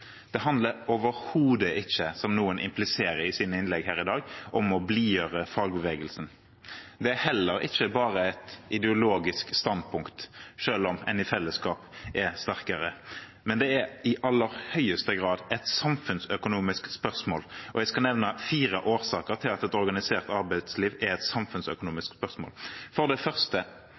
Det handler overhodet ikke, som noen impliserer i sine innlegg her i dag, om å blidgjøre fagbevegelsen. Det er heller ikke bare et ideologisk standpunkt, selv om en i fellesskap er sterkere. Det er i aller høyeste grad et samfunnsøkonomisk spørsmål, og jeg skal nevne fire årsaker til at et organisert arbeidsliv er et samfunnsøkonomisk spørsmål. For det første: